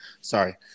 Sorry